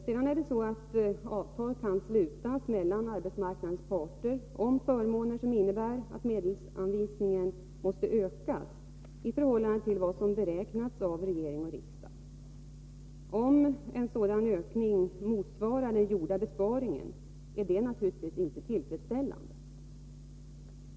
Avtal kan dock slutas mellan arbetsmarknadens parter om förmåner som innebär att medelsanvisningen måste ökas i förhållande till vad som beräknats av regering och riksdag. Om en sådan ökning motsvarar den gjorda besparingen är det naturligtvis inte tillfredsställande.